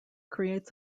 creates